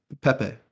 Pepe